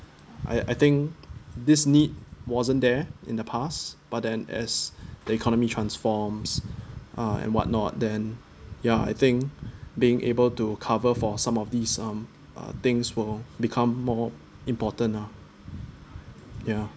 I I think this need wasn't there in the past but then as the economy transforms uh and what not then ya I think being able to cover for some of these um things will become more important lah ya